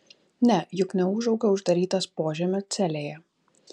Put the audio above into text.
ne juk neūžauga uždarytas požemio celėje